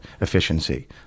efficiency